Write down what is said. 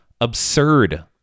absurd